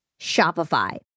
Shopify